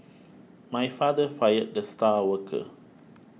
my father fired the star worker